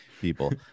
people